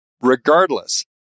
Regardless